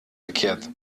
verkehrt